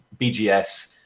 BGS